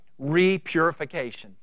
repurification